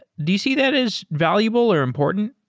do you see that as valuable or important?